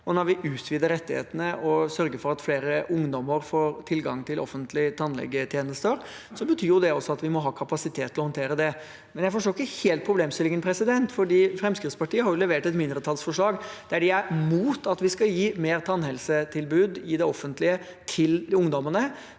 Når vi utvider rettighetene og sørger for at flere ungdommer får tilgang til offentlige tannlegetjenester, betyr det at vi også må ha kapasitet til å håndtere det. Jeg forstår ikke helt problemstillingen, for Fremskrittspartiet har jo levert et mindretallsforslag der de er mot at vi skal styrke tannhelsetilbudet til ungdommene